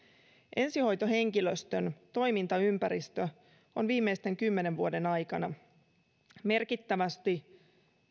ensihoitohenkilöstön toimintaympäristö on viimeisten kymmenen vuoden aikana merkittävästi